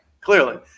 clearly